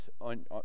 on